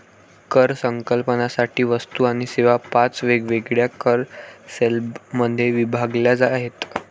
कर संकलनासाठी वस्तू आणि सेवा पाच वेगवेगळ्या कर स्लॅबमध्ये विभागल्या आहेत